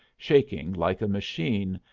shaking like a machine,